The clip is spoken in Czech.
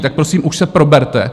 Tak prosím, už se proberte.